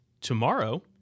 tomorrow